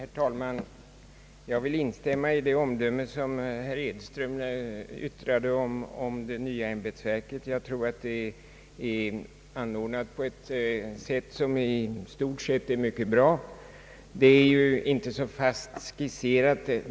Herr talman! Jag vill instämma i det omdöme som herr Edström fällde om det nya ämbetsverket. Jag tror att det är anordnat på ett sätt som i stort sett är mycket bra.